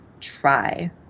try